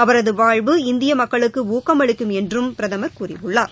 அவரது வாழ்வு இந்திய மக்களுக்கு ஊக்கமளிக்கும் என்றும் பிரதமர் கூறியுள்ளார்